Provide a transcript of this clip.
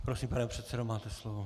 Prosím, pane předsedo, máte slovo.